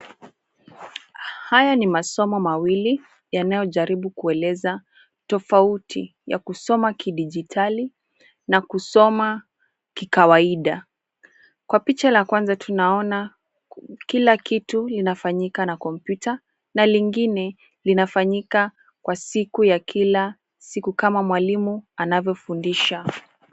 Haya ni masomo mawili yanayojaribu kueleza tofauti ya kusoma kidijitali na kusoma kikawaida. Kwa picha la kwanza tunaona kila kitu linafanyika na kompyuta na lingine linafanyika kwa siku ya kila siku kama mwalimu anavyofundisha.